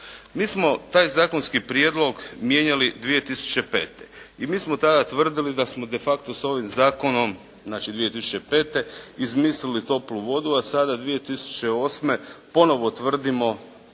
Mi smo taj zakonski prijedlog mijenjali 2005. i mi smo tada tvrdili da smo de facto sa ovim zakonom, znači 2005. izmislili toplu vodu, a sada 2008. ponovo tvrdimo